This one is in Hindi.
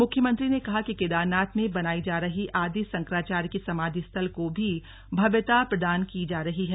मुख्यमंत्री ने कहा कि केदारनाथ में बनायी जा रही आदि शंकराचार्य जी की समाधि स्थल को भी भव्यता प्रदान की जा रही है